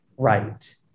Right